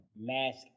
mask